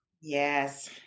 Yes